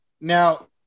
Now